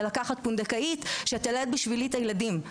לקחת פונדקאית שתלד עבורי את הילדים.